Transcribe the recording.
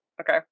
Okay